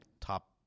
top